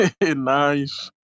Nice